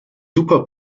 super